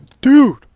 Dude